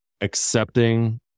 accepting